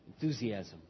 enthusiasm